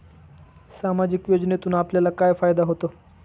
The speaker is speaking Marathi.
सामाजिक योजनेतून आपल्याला काय फायदा होतो?